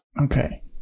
Okay